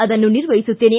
ಅದನ್ನು ನಿರ್ವಹಿಸುತ್ತೇನೆ